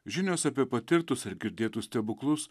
žinios apie patirtus ar girdėtus stebuklus